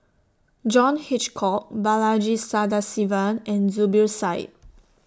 John Hitchcock Balaji Sadasivan and Zubir Said